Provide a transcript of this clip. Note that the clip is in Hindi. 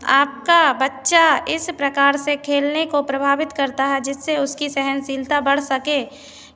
आपका बच्चा इस प्रकार से खेलने को प्रभावित करता है जिससे उसकी सहनशीलता बढ़ सके